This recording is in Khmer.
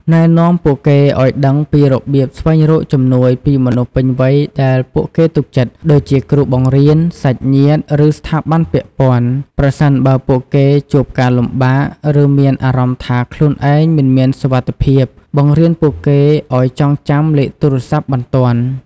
ណែនាំពួកគេឲ្យដឹងពីរបៀបស្វែងរកជំនួយពីមនុស្សពេញវ័យដែលពួកគេទុកចិត្ត ដូចជាគ្រូបង្រៀន សាច់ញាតិ ឬស្ថាប័នពាក់ព័ន្ធ ប្រសិនបើពួកគេជួបការលំបាក ឬមានអារម្មណ៍ថាខ្លួនឯងមិនមានសុវត្ថិភាព បង្រៀនពួកគេឲ្យចងចាំលេខទូរសព្ទបន្ទាន់។